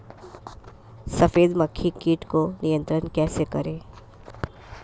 सफेद मक्खी कीट को नियंत्रण कैसे करें?